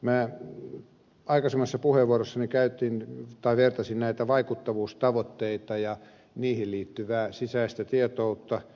minä aikaisemmassa puheenvuorossani vertasin näitä vaikuttavuustavoitteita ja niihin liittyvää sisäistä tietoutta